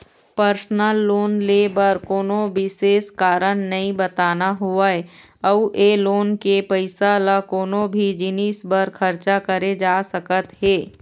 personal loan ले बर कोनो बिसेस कारन नइ बताना होवय अउ ए लोन के पइसा ल कोनो भी जिनिस बर खरचा करे जा सकत हे